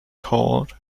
cord